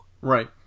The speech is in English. right